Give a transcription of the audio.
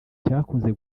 cyakunze